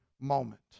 moment